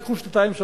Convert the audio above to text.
יעברו שנתיים,